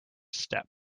step